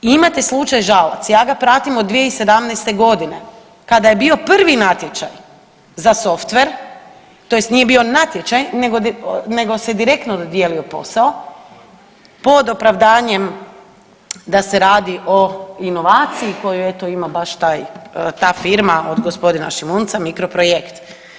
Imate slučaj Žalac, ja ga pratim od 2017. godine kada je bio prvi natječaj za softver, tj. nije bio natječaj, nego se direktno dodijelio posao pod opravdanjem da se radi o inovaciji koju eto ima baš ta firma od gospodina Šimunca Mikroprojekt.